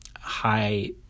high